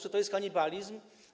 Czy to jest kanibalizm?